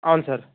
అవును సార్